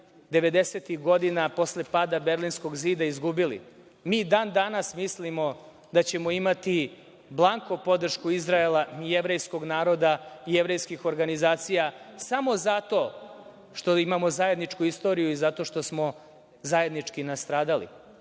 ih godina, posle pada Berlinskog zida izgubili. Mi i dan danas mislimo da ćemo imati blanko podršku Izraela i jevrejskog naroda i jevrejskih organizacija samo zato što imamo zajedničku istoriju i zato što smo zajednički nastradali,